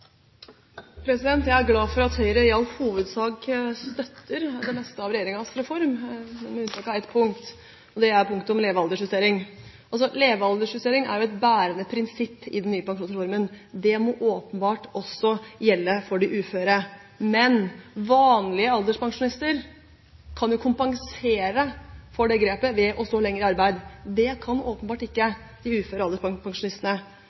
Jeg er glad for at Høyre i all hovedsak støtter det meste av regjeringens reform – med unntak av ett punkt, og det er punktet om levealdersjustering. Levealdersjustering er jo et bærende prinsipp i den nye pensjonsreformen. Det må åpenbart også gjelde for de uføre, men vanlige alderspensjonister kan kompensere for det grepet ved å stå lenger i arbeid. Det kan åpenbart ikke